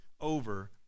over